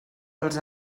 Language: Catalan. els